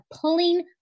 pulling